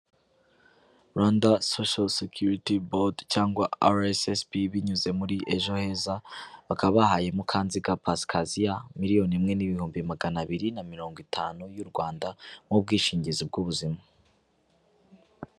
Rwanda sosho sukuriti bodi cyangwa RSSB binyuze muri ejo heza bakaba bahaye Mukanzika Pasikazia miliyoni imwe n'ibihumbi magana abiri na mirongo itanu y'u Rwanda nk'ubwishingizi bw'ubuzima.